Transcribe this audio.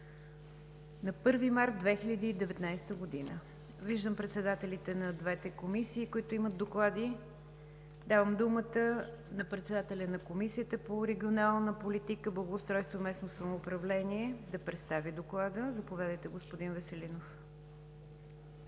на 1 март 2019 г. Виждам председателите на двете комисии, които имат доклади. Давам думата на председателя на Комисията по регионална политика, благоустройство и местно самоуправление да представи Доклада. Заповядайте, господин Веселинов.